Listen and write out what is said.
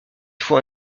faut